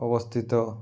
ଅବସ୍ଥିତ